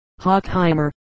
Hockheimer